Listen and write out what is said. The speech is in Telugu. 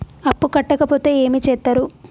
అప్పు కట్టకపోతే ఏమి చేత్తరు?